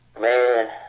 Man